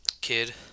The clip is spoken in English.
kid